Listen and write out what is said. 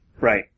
Right